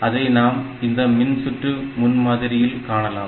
அதை நாம் இந்த மின்சுற்று முன் மாதிரியில் காணலாம்